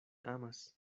amas